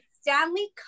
Stanley